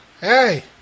Hey